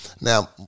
Now